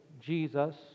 Jesus